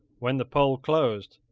when the poll closed,